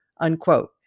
unquote